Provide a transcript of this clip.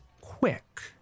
quick